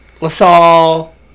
LaSalle